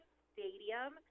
stadium